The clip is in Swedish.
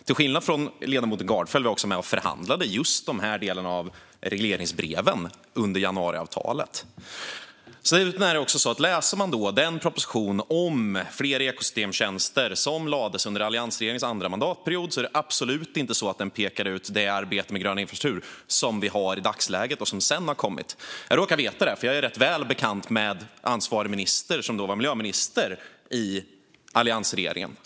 Till skillnad från ledamoten Gardfjell var jag också med och förhandlade just de här delarna av regleringsbreven under januariavtalet. Läser man den proposition om fler ekosystemtjänster som lades fram under alliansregeringens andra mandatperiod ser man också att den absolut inte pekar ut det arbete med grön infrastruktur som vi har i dagsläget och som sedan har kommit. Jag råkar veta det, för jag är rätt väl bekant med ansvarig minister, som då var miljöminister i alliansregeringen.